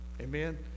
Amen